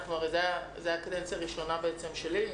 זו הייתה הקדנציה הראשונה שלי,